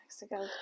Mexico